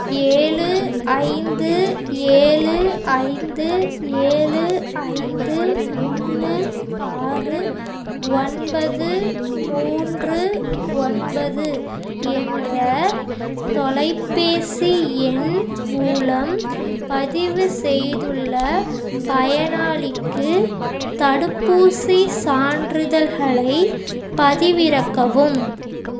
ஏழு ஐந்து ஏழு ஐந்து ஏழு ஐந்து ஒன்று ஆறு ஒன்பது மூன்று ஒன்பது என்ற தொலைப்பேசி எண் மூலம் பதிவு செய்துள்ள பயனாளிக்கு தடுப்பூசி சான்றிதழ்களைப் பதிவிறக்கவும்